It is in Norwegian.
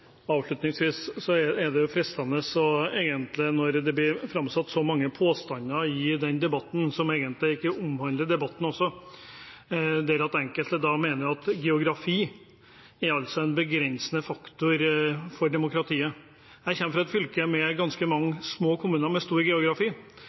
Det blir framsatt mange påstander i denne debatten, som egentlig ikke omhandler debatten. Enkelte mener altså at geografi er en begrensende faktor for demokratiet. Jeg kommer fra et fylke med ganske mange små kommuner med